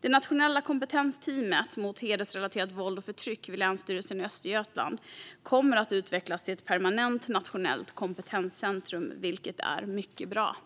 Det nationella kompetensteamet mot hedersrelaterat våld och förtryck vid Länsstyrelsen Östergötland kommer att utvecklas till ett permanent nationellt kompetenscentrum, vilket är mycket bra.